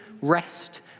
rest